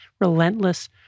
relentless